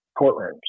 courtrooms